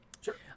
sure